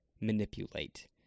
manipulate